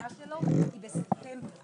הישיבה ננעלה בשעה 11:00.